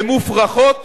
הן מופרכות